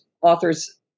authors